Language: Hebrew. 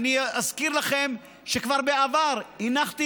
אני אזכיר לכם שכבר בעבר הנחתי,